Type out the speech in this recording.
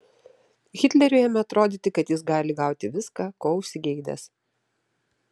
hitleriui ėmė atrodyti kad jis gali gauti viską ko užsigeidęs